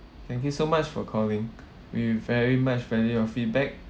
thank you so much for calling we very much value your feedback